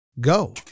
Go